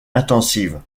intensive